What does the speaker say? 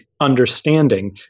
understanding